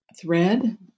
thread